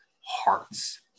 hearts